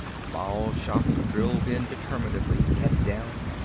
mal shaff drilled in determinedly, head down,